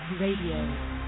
Radio